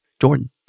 Jordan